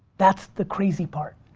that's the crazy part.